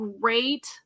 great